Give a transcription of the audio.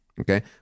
okay